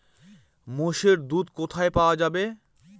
মোষের দুধ কোথায় পাওয়া যাবে?